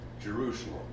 Jerusalem